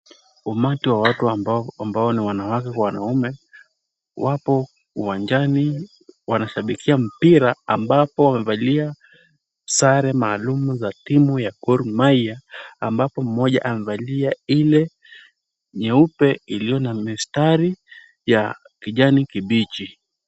Umati wa watu ambao ni wanawake kwa wanaume wapo uwanjani wanashabikia mpira ambapo wamevalia sare maalum za timu ya Gor Mahia ambapo mmoja amevalia ile nyeupe iliyo na mistari ya kijani kibichi.